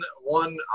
one